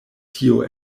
tio